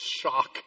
shock